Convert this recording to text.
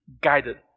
guided